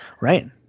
right